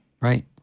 Right